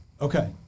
okay